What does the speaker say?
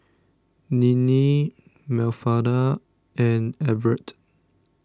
Ninnie Mafalda and Everet